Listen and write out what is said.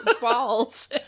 balls